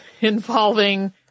involving